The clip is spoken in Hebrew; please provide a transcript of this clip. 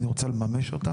אני רוצה לממש אותם,